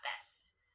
best